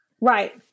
right